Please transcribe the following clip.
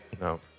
No